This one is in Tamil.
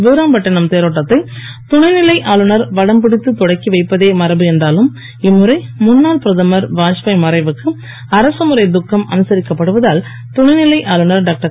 வீராம்பட்டினம் தேரோட்டத்தை துணைநிலை ஆளுநர் வடம்பிடத்து தொடக்கி வைப்பதே மரபு என்றாலும் இம்முறை முன்னாள் பிரதமர் வாத்பாய் மறைவுக்கு அரசுமுறை துக்கம் அனுசரிக்கப்படுவதால் துணைநிலை ஆளுநர் டாக்டர்